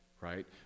right